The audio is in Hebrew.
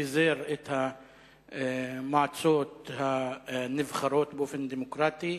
פיזר את המועצות הנבחרות בהם באופן דמוקרטי,